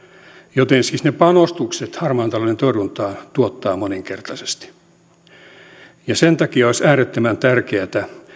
joten siis ne panostukset harmaan talouden torjuntaan tuottavat moninkertaisesti sen takia olisi äärettömän tärkeätä